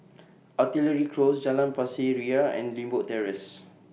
Artillery Close Jalan Pasir Ria and Limbok Terrace